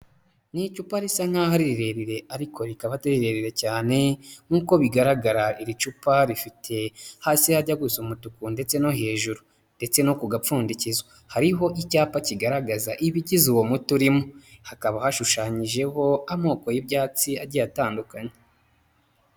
Ni icupa risa nk'aho ari rirerire ariko rikaba rirerire cyane, nk'uko bigaragara iri cupa rifite hasi hajya gusa umutuku ndetse no hejuru, ndetse no ku gapfundikizo, hariho icyapa kigaragaza ibigize uwo muti urimo, hakaba hashushanyijeho amoko y'ibyatsi agiye atandukanye.